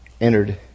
entered